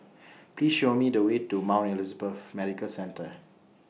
Please Show Me The Way to Mount Elizabeth Medical Centre